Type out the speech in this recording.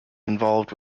involved